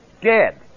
dead